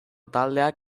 taldeak